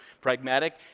pragmatic